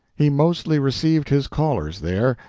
he mostly received his callers there,